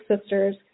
Sisters